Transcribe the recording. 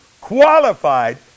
qualified